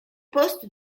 poste